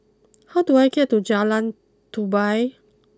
how do I get to Jalan Tupai